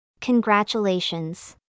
Congratulations